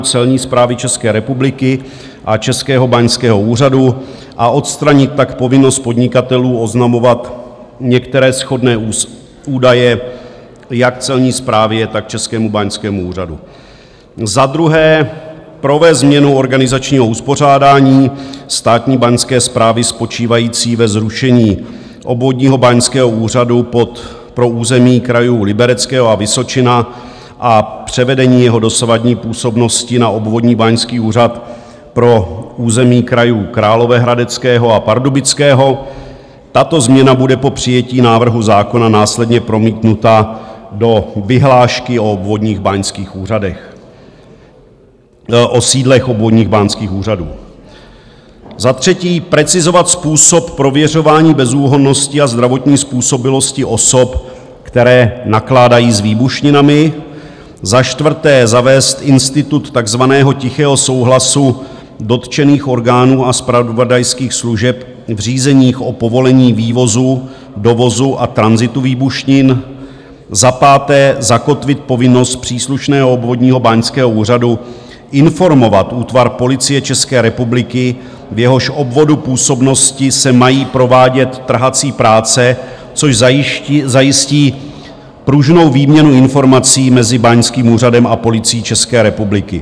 Celní správy České republiky a Českého báňského úřadu a odstranit tak povinnost podnikatelů oznamovat některé shodné údaje jak Celní správě, tak Českému báňskému úřadu, za druhé provést změnu organizačního uspořádání státní báňské správy spočívající ve zrušení Obvodního báňského úřadu pro území krajů Libereckého a Vysočina a převedení jeho dosavadní působnosti na Obvodní báňský úřad pro území krajů Královéhradeckého a Pardubického tato změna bude po přijetí návrhu zákona následně promítnuta do vyhlášky o sídlech obvodních báňských úřadů, za třetí precizovat způsob prověřování bezúhonnosti a zdravotní způsobilosti osob, které nakládají s výbušninami, za čtvrté zavést institut takzvaného tichého souhlasu dotčených orgánů a zpravodajských služeb v řízeních o povolení vývozu, dovozu a tranzitu výbušnin, za páté zakotvit povinnost příslušného obvodního báňského úřadu informovat útvar Policie České republiky, v jehož obvodu působnosti se mají provádět trhací práce, což zajistí pružnou výměnu informací mezi báňským úřadem a Policií České republiky.